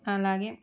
అలాగే